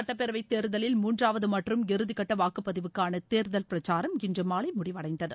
சட்டப்பேரவைத்தேர்தலில் Bihar முன்றாவதுமற்றும் இறுதிகட்டவாக்குப்பதிவுக்கானதேர்தல் பிரச்சாரம் இன்றுமாலைமுடிவடைந்தது